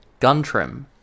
Guntrim